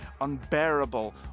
unbearable